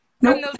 Nope